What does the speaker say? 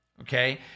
okay